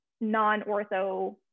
non-ortho